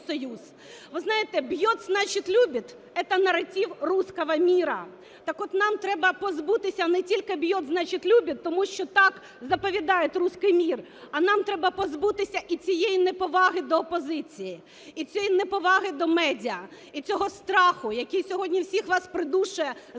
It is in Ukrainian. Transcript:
Ви знаєте, "бьет – значит, любит" – это наратив русского мира. Так от, нам треба позбутися не тільки "бьет – значит, любит", тому що так заповідає "руській мір", а нам треба позбутися і цієї неповаги до опозиції, і цієї неповаги до медіа, і цього страху, який сьогодні всіх вас придушує, захищати